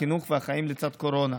החינוך והחיים לצד קורונה.